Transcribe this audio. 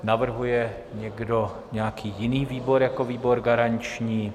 Navrhuje někdo nějaký jiný výbor jako výbor garanční?